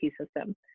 system